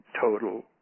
total